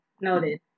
Noted